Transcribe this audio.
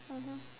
mmhmm